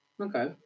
Okay